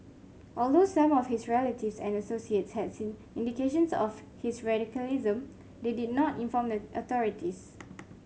although some of his relatives and associates has seen indications of his radicalism they did not inform the authorities